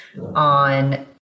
on